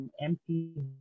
empty